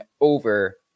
over